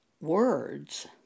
words